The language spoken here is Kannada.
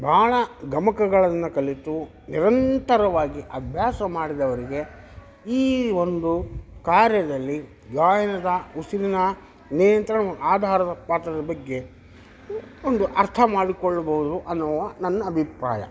ಬಹಳ ಗಮಕಗಳನ್ನ ಕಲಿತು ನಿರಂತರವಾಗಿ ಅಭ್ಯಾಸ ಮಾಡಿದವರಿಗೆ ಈ ಒಂದು ಕಾರ್ಯದಲ್ಲಿ ಗಾಯನದ ಉಸಿರಿನ ನಿಯಂತ್ರಣ ಆಧಾರದ ಪಾತ್ರದ ಬಗ್ಗೆ ಒಂದು ಅರ್ಥ ಮಾಡಿಕೊಳ್ಳಬಹುದು ಎನ್ನುವ ನನ್ನ ಅಭಿಪ್ರಾಯ